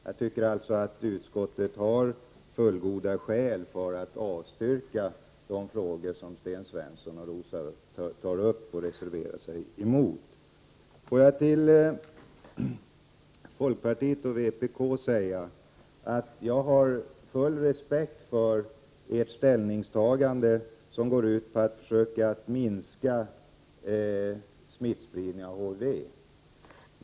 Jag tycker att utskottet har fullgoda skäl för att avstyrka de förslag som Sten Svensson och Rosa Östh tar upp och reserverar sig för. Till folkpartiet och vpk vill jag säga att jag har full respekt för ert ställningstagande, som går ut på att försöka minska smittspridningen av HIV.